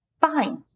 Fine